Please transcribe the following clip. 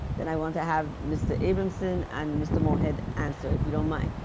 then i want to have mr. abramson, and mr. moore head answer if you done mind.